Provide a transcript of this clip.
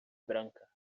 branca